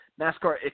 NASCAR